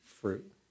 fruit